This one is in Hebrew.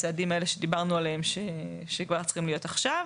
הצעדים האלה שדיברנו עליהם שכבר צריכים להיות עכשיו,